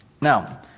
Now